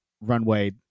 runway